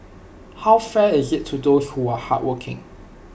how fair is IT to those who are hardworking